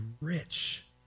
rich